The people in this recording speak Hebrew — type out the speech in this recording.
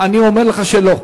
אני אומר לך שלא.